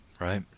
Right